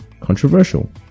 controversial